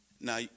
Now